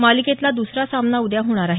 मालिकेतला द्रसरा सामना उद्या होणार आहे